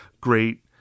great